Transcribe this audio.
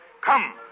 Come